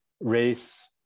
race